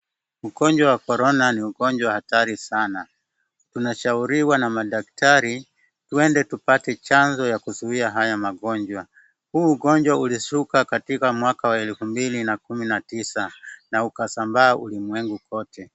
Ugonjwa wa korona ni ugonjwa hatari sana. Tunashauriwa na madaktari twende tupate chanjo ya kuzuia haya magonjwa. Huu ugonjwa ulizuka katika mwaka wa elfu mbili na kumi na tisa na ukasambaa ulimwengu mzima.